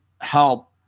help